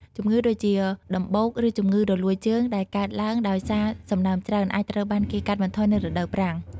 ជំងឺដូចជាដំបូកឬជំងឺរលួយជើងដែលកើតឡើងដោយសារសំណើមច្រើន អាចត្រូវបានគេកាត់បន្ថយនៅរដូវប្រាំង។